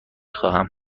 خواهم